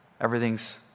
Everything's